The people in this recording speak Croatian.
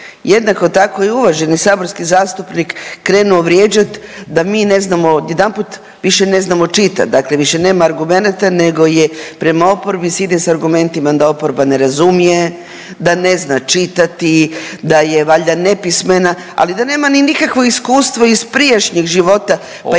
Jednako tako je i uvaženi saborski zastupnik krenuo vrijeđat da mi ne znamo, odjedanput više ne znamo čitat, dakle više nema argumenata nego prema oporbi se ide s argumentima da oporba ne razumije, da ne zna čitati, da je valjda nepismena, ali da nema ni nikakvo iskustvo iz prijašnjeg života, pa i ne